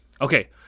okay